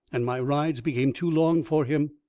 and my rides became too long for him,